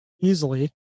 easily